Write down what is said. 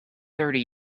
thirty